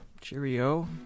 Cheerio